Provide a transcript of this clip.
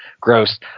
Gross